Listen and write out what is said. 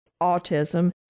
autism